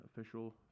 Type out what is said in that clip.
official